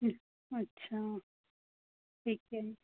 अच्छा ठीक है